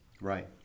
Right